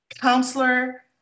counselor